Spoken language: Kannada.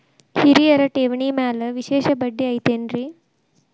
ಹಿರಿಯರ ಠೇವಣಿ ಮ್ಯಾಲೆ ವಿಶೇಷ ಬಡ್ಡಿ ಐತೇನ್ರಿ?